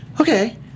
okay